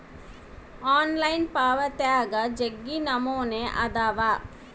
online ಪಾವಾತ್ಯಾಗ ಜಗ್ಗಿ ನಮೂನೆ ಅದಾವ